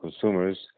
consumers